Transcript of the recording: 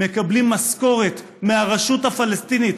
מקבלים משכורת מהרשות הפלסטינית.